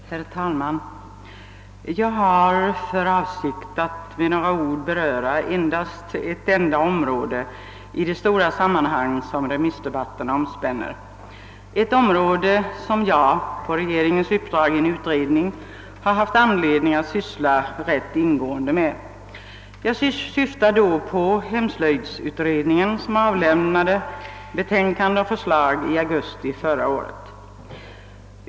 Herr talman! Jag har för avsikt att med några ord beröra ett enda område i det stora sammanhang som remissdebatten omspänner, ett område som jag På regeringens uppdrag i en utredning haft anledning att syssla rätt ingående med. Jag syftar på hemslöjdsutredningen, som avlämnade sitt förslag i augusti förra året.